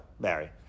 Barry